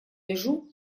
межу